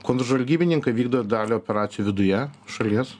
kontržvalgybininkai vykdo dalį operacijų viduje šalies